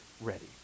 ready